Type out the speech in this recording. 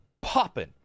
popping